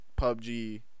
PUBG